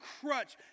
crutch